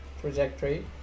trajectory